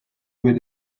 with